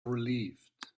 relieved